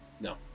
No